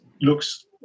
looks